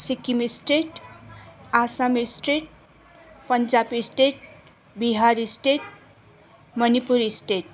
Sikkim state Assam state Punjab state Bihar state Manipur state